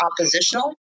oppositional